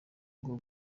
bwo